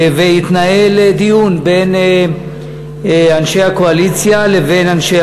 והתנהל דיון בין אנשי הקואליציה לבין אנשי